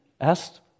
asked